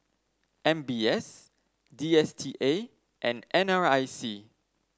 M B S D S T A and NRIC